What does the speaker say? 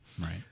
Right